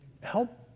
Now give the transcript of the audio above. help